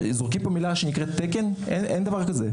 זורקים פה אתה מילה "תקן", אבל אין דבר כזה.